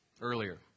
earlier